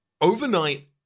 overnight